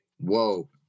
whoa